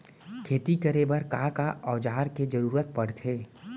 खेती करे बर का का औज़ार के जरूरत पढ़थे?